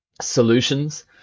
solutions